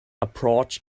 approach